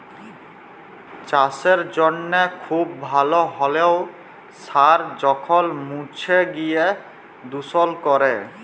চাসের জনহে খুব ভাল হ্যলেও সার যখল মুছে গিয় দুষল ক্যরে